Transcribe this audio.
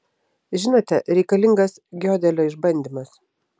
žinote reikalingas giodelio išbandymas